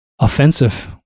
offensive